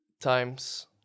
times